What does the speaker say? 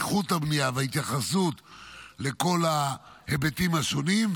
איכות הבנייה וההתייחסות לכל ההיבטים השונים,